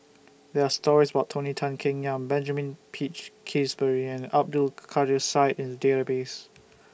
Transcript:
There Are stories about Tony Tan Keng Yam Benjamin Peach Keasberry and Abdul Kadir Syed in The Database